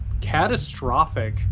catastrophic